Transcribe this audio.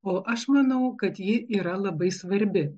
o aš manau kad ji yra labai svarbi